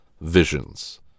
visions